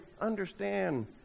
understand